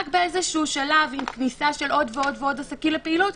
רק באיזשהו שלב עם כניסה של עוד ועוד עסקים לפעילות,